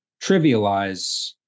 trivialize